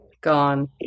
gone